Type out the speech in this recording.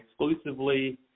exclusively